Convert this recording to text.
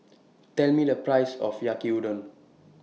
Tell Me The Price of Yaki Udon